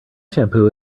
shampoo